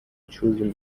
chosen